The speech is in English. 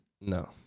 No